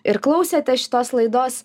ir klausėte šitos laidos